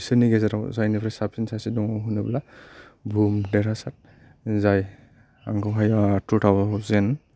बिसोरनि गेजेराव जायनिफ्राय साबसिन सासे दङ' होनोब्ला भुम देरहासार जाय आंखौहाय तु थाउजेन्ड